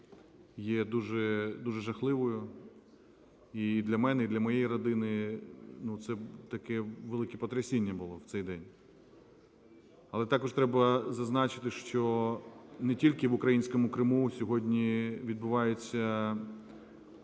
є дуже-дуже жахливою. І для мене, і для моєї родини, ну, це таке велике потрясіння було в цей день. Але також треба зазначити, що не тільки в українському Криму сьогодні відбуваються